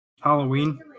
Halloween